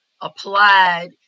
applied